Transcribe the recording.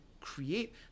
create